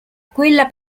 quella